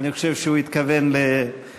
אני חושב שהוא התכוון לשניהם,